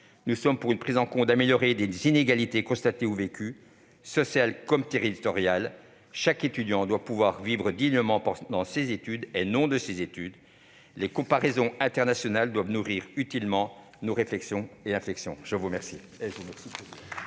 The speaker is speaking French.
Nous sommes pour une prise en compte améliorée des inégalités constatées ou vécues, sociales comme territoriales. Chaque étudiant doit pouvoir vivre dignement dans ses études, et non de ses études ! Les comparaisons internationales doivent nourrir utilement nos réflexions et inflexions. La parole